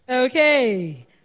Okay